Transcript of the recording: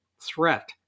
threat